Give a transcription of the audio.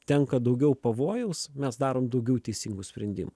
tenka daugiau pavojaus mes darom daugiau teisingų sprendimų